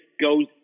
goes